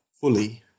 fully